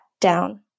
down